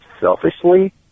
selfishly